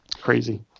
crazy